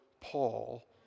Paul